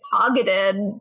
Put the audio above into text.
targeted